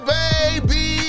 baby